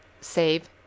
save